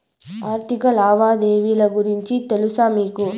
ఆర్థిక లావాదేవీల గురించి తెలుసా మీకు